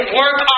work